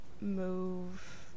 Move